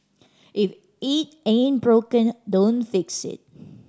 if it ain't broken don't fix it